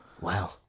Wow